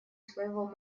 своего